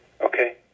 okay